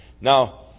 Now